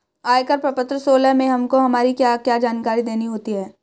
आयकर प्रपत्र सोलह में हमको हमारी क्या क्या जानकारी देनी होती है?